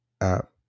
app